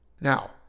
now